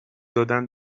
دادن